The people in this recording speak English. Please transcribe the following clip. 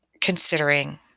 considering